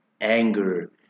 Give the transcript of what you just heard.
anger